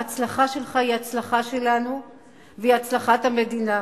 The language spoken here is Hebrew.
ההצלחה שלך היא הצלחה שלנו והיא הצלחת המדינה,